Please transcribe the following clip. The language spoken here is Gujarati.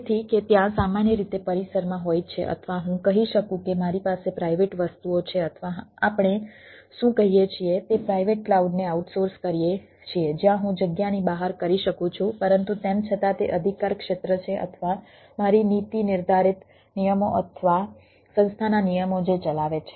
તેથી કે ત્યાં સામાન્ય રીતે પરિસરમાં હોય છે અથવા હું કહી શકું કે મારી પાસે પ્રાઇવેટ વસ્તુઓ છે અથવા આપણે શું કહીએ છીએ તે પ્રાઇવેટ ક્લાઉડને આઉટસોર્સ કરીએ છીએ જ્યાં હું જગ્યાની બહાર કરી શકું છું પરંતુ તેમ છતાં તે અધિકારક્ષેત્ર છે અથવા મારી નીતિ નિર્ધારિત નિયમો અથવા સંસ્થાના નિયમો જે ચલાવે છે